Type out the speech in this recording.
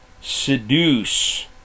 seduce